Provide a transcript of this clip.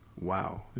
wow